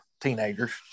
teenagers